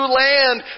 land